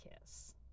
kiss